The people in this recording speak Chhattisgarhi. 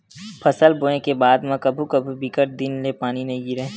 फसल बोये के बाद म कभू कभू बिकट दिन ले पानी नइ गिरय